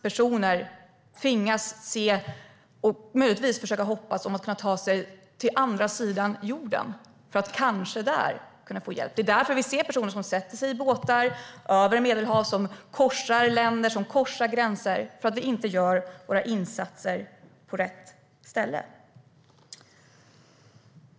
Personer tvingas att försöka ta sig till andra sidan jorden, för att de hoppas att de kanske kan få hjälp där. Vi ser personer som sätter sig i båtar för att åka över Medelhavet, och som korsar landgränser, för att vi inte gör våra insatser på rätt ställe.